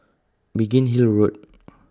Biggin Hill Road